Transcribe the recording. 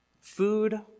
Food